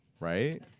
Right